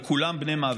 וכולם בני מוות.